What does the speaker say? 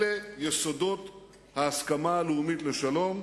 אלה יסודות ההסכמה הלאומית לשלום.